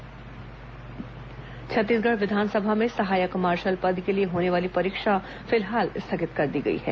परीक्षा स्थगित छत्तीसगढ़ विधानसभा में सहायक मार्शल पद के लिए होने वाली परीक्षा फिलहाल स्थगित कर दी गई है